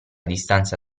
distanza